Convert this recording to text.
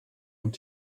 und